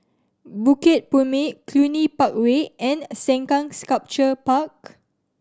Bukit Purmei Cluny Park Way and Sengkang Sculpture Park